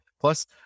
plus